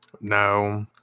No